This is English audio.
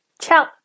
ciao